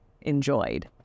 enjoyed